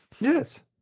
Yes